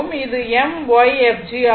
இது mYfg ஆகும்